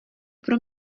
pro